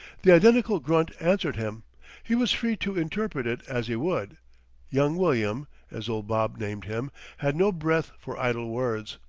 the identical grunt answered him he was free to interpret it as he would young william as old bob named him had no breath for idle words.